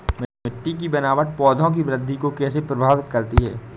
मिट्टी की बनावट पौधों की वृद्धि को कैसे प्रभावित करती है?